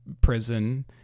prison